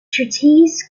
treatise